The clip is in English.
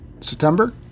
September